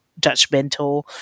judgmental